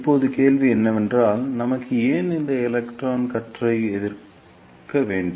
இப்போது கேள்வி என்னவென்றால் நமக்கு ஏன் இந்த எலக்ட்ரான் கற்றை எதிர்க்க வேண்டும்